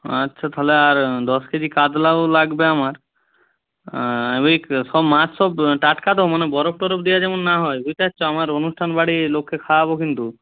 আচ্ছা তাহলে আর দশ কেজি কাতলাও লাগবে আমার ওই সব মাছ সব টাটকা তো মানে বরফ টরফ দেওয়া যেমন না হয় বুঝতে পারছ আমার অনুষ্ঠান বাড়ি লোককে খাওয়াব কিন্তু